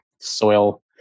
soil